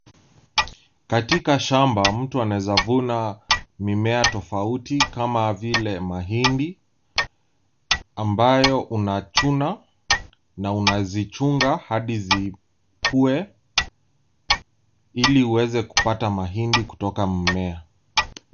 Katika shamba mtu anaeza funa mimea tafauti kama vile mahindi ambayo unachuna na unasichunga hadi sikuwe ili uwese kupata mahindi kutoka mimea.